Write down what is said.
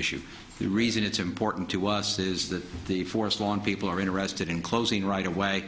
issue the reason it's important to us is that the forest lawn people are interested in closing right away